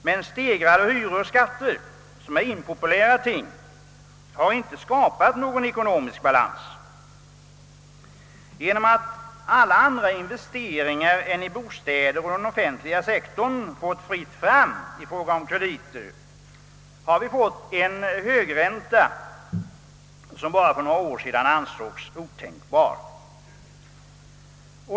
Men stegrade hyror och skatter, som är impopulära ting, har inte skapat någon ekonomisk balans. Genom att alla andra investeringar än i bostäder och på den offentliga sektorn fått fritt fram i fråga om krediter har vi fått en högränta som bara för några år sedan ansågs otänkbar.